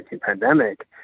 pandemic